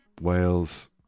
Wales